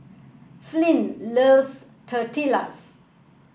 Flint loves Tortillas